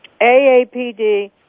aapd